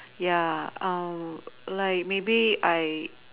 ya like maybe I